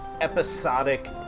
Episodic